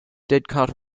didcot